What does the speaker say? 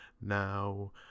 now